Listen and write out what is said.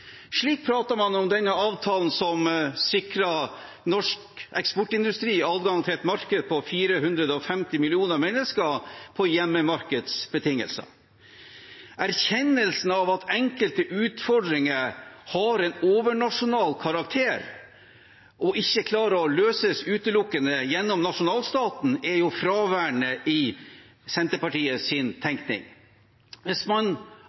Slik prater man om denne avtalen som sikrer norsk eksportindustri adgang til et marked på 450 millioner mennesker på hjemmemarkedsbetingelser. Erkjennelsen av at enkelte utfordringer har en overnasjonal karakter, og at man ikke klarer å løse dem utelukkende gjennom nasjonalstaten, er fraværende i Senterpartiets tenkning. Hvis man